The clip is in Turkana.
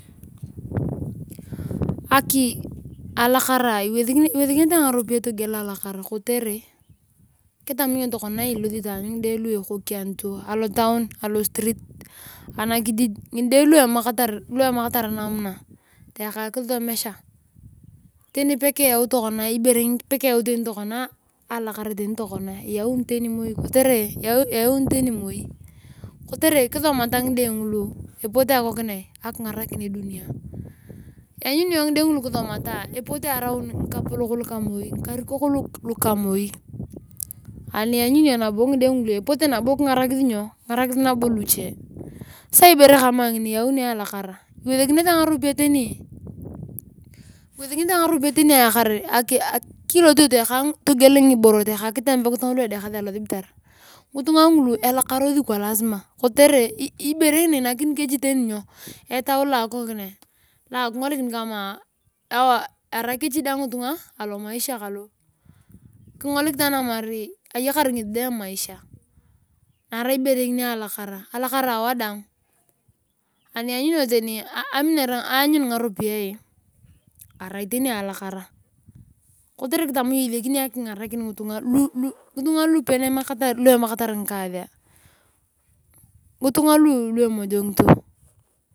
Aki alakara iwesekinete ngaropiyae togula alakara kotere kitama yong tokona ilosi taany ngide lu ekokianito alotauri alostroi ngide lu emamakatar namna toyaka kisomesha teni pekeyau tokona alakara eyauni tani moi kotere kisomata ngide ngulu epote akinsarakin edunia anikisomata ngide ngulu epote taraut ngikapolok lukamoingide ngulu epote moi nabo kingarakis luche sasa ibere kama ngini eyauni alakara iwesekinete ngaropiyae tani togiala ngibono ketembekinea ngitunga lu edukasi alosibitar ngitunga ngulu elakarasi kwalasi kotere ibere ngini einakini keche etau lo akingotikin kama erai kechi dae ngitunga alomaisha kalekingotik itaan atamaar ayakar ngesi dae emaisha arai alakara kotere kitama tani iyone isiakini akingarakin ngitunga lu emamakatar ngikaasea ngitunga lu emojongito.